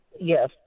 yes